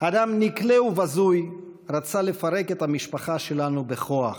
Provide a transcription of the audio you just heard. אדם נקלה ובזוי רצה לפרק את המשפחה שלנו בכוח,